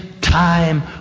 time